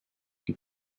die